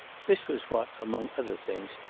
this was what, among other things,